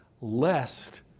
lest